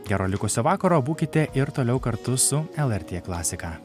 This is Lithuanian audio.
gero likusio vakaro būkite ir toliau kartu su lrt klasika